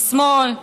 משמאל,